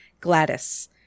Gladys